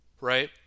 right